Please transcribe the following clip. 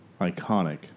iconic